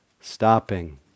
Stopping